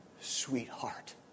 sweetheart